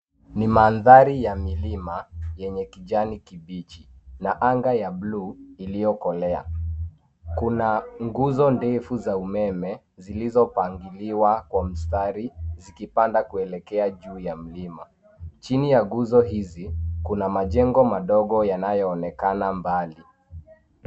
Ni mandhari ya milima, yenye kijani kibichi, na anga ya blue , iliokolea. Kuna nguzo ndefu za umeme, zilizopangiliwa kwa mstari, zikipanda kuelekea juu ya milima. Chini ya nguzo hizi, kuna majengo madogo yanayoonekana mbali.